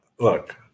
Look